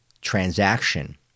transaction